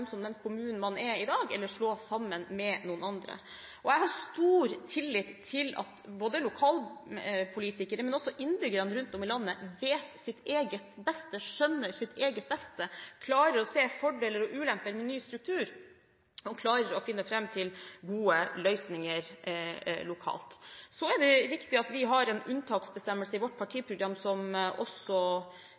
som den kommunen man er i dag, eller slå seg sammen med noen andre. Jeg har stor tillit til at både lokalpolitikere og innbyggere rundt om i landet vet og skjønner sitt eget beste, klarer å se fordeler og ulemper ved ny struktur og klarer å finne fram til gode løsninger lokalt. Så er det riktig at vi har en unntaksbestemmelse i vårt partiprogram, som også